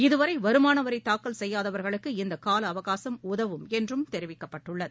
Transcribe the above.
இதுவரை வருமானவரி தாக்கல் செய்யாதவர்களுக்கு இந்த கால அவகாசும் உதவும் என்றும் தெரிவிக்கப்பட்டுள்ளது